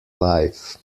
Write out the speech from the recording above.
life